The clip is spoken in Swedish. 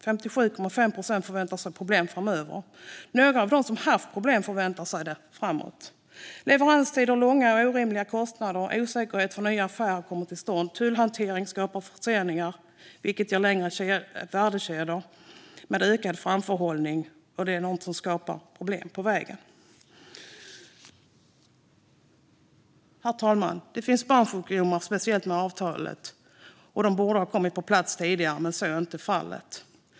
57,5 procent förväntar sig problem framöver, och några av dem som har haft problem förväntar sig det även framåt. Det handlar om långa leveranstider med orimliga kostnader, osäkerhet över om nya affärer kommer till stånd och tullhantering som skapar förseningar, vilket ger längre värdekedjor med ökad framförhållning. Det är sådant som skapar problem på vägen. Herr talman! Det finns alltid barnsjukdomar, speciellt eftersom avtalet borde ha kommit på plats tidigare men så inte blev fallet.